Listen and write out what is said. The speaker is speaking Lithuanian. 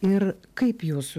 ir kaip jūs